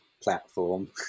platform